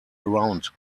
around